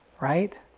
right